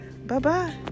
Bye-bye